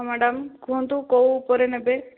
ହଁ ମ୍ୟାଡ଼ାମ କୁହନ୍ତୁ କେଉଁ ଉପରେ ନେବେ